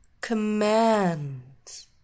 commands